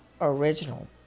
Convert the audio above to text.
original